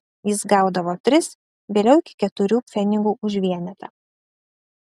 jis gaudavo tris vėliau iki keturių pfenigų už vienetą